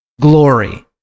glory